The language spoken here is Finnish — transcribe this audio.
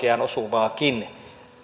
oikeaan osuvaakin